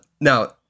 Now